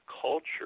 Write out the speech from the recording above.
culture